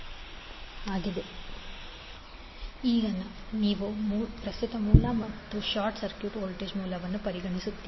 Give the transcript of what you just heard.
353 ಈಗ ನೀವು ಪ್ರಸ್ತುತ ಮೂಲ ಮತ್ತು ಶಾರ್ಟ್ ಸರ್ಕ್ಯೂಟ್ ವೋಲ್ಟೇಜ್ ಮೂಲವನ್ನು ಪರಿಗಣಿಸುತ್ತೀರಿ